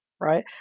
right